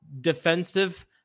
defensive